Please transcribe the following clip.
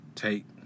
Take